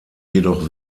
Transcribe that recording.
jedoch